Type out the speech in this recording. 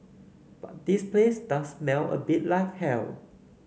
but this place does smell a bit like hell